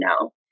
no